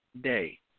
day